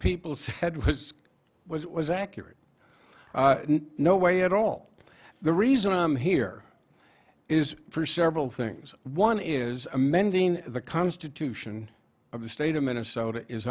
people said was was it was accurate no way at all the reason i'm here is for several things one is amending the constitution of the state of minnesota is